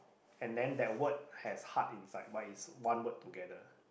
and then that word has heart inside but it's one word together